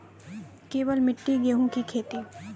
केवल मिट्टी गेहूँ की खेती?